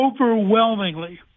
Overwhelmingly